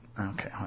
Okay